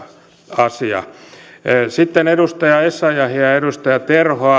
asia sitten edustaja essayah ja edustaja terho